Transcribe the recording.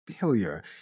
failure